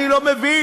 אני לא מבין.